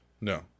No